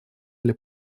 для